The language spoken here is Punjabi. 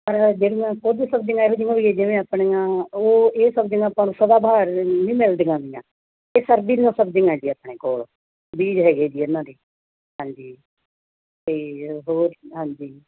ਪਰ ਜਿਹੜੀਆਂ ਕੁਝ ਸਬਜ਼ੀਆਂ ਇਹੋ ਜਿਹੀਆਂ ਵੀ ਜਿਵੇਂ ਆਪਣੀਆਂ ਉਹ ਇਹ ਸਬਜ਼ੀਆਂ ਆਪਾਂ ਨੂੰ ਸਦਾ ਬਹਾਰ ਨਹੀਂ ਮਿਲਦੀਆਂ ਹੈਗੀਆਂ ਇਹ ਸਰਦੀ ਦੀਆਂ ਸਬਜ਼ੀਆਂ ਹੈਗੀਆਂ ਆਪਣੇ ਕੋਲ ਬੀਜ ਹੈਗੇ ਜੀ ਇਹਨਾਂ ਦੇ ਹਾਂਜੀ ਅਤੇ ਹੋਰ ਹਾਂਜੀ